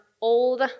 old